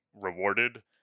rewarded